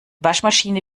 waschmaschine